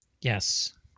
Yes